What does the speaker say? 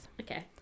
Okay